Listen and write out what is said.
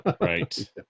right